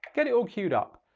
get it all queued up.